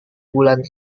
bulan